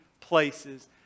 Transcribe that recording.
places